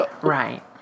Right